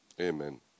Amen